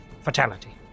Fatality